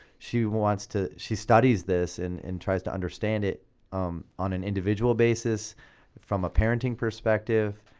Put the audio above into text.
she wants to. she studies this and and tries to understand it on an individual basis from a parenting perspective,